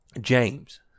James